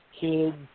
kids